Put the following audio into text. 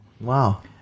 wow